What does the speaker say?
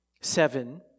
Seven